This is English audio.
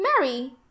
Mary